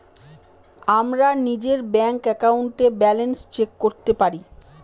আমরা নিজের ব্যাঙ্ক একাউন্টে ব্যালান্স চেক করতে পারি